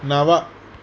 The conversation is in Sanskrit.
नव